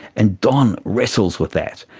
and don wrestles with that,